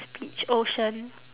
speech ocean